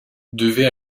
devait